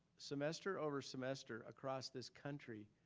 semester over semester across this country,